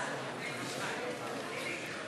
הממשלתית להתחדשות עירונית, התשע"ו 2016, נתקבל.